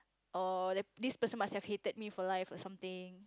oh that this person must have hated me for life or something